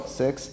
six